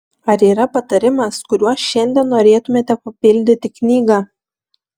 ar yra patarimas kuriuo šiandien norėtumėte papildyti knygą